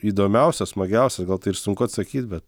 įdomiausias smagiausias gal tai ir sunku atsakyt bet